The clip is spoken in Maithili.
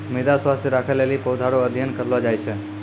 मृदा स्वास्थ्य राखै लेली पौधा रो अध्ययन करलो जाय छै